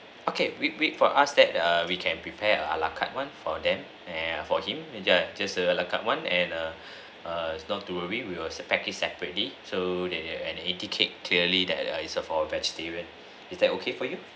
okay we we for us that we can prepare a la carte one for them and for him there just a la carte [one] and err err not to worry we will pack it separately so that and indicate clearly that it's err for vegetarian is that okay for you